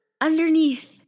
Underneath